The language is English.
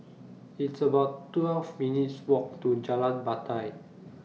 It's about twelve minutes' Walk to Jalan Batai